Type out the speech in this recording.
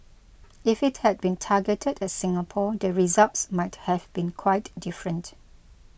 if it had been targeted at Singapore the results might have been quite different